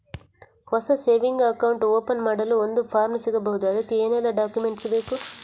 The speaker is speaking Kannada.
ಹೊಸ ಸೇವಿಂಗ್ ಅಕೌಂಟ್ ಓಪನ್ ಮಾಡಲು ಒಂದು ಫಾರ್ಮ್ ಸಿಗಬಹುದು? ಅದಕ್ಕೆ ಏನೆಲ್ಲಾ ಡಾಕ್ಯುಮೆಂಟ್ಸ್ ಬೇಕು?